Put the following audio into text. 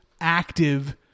active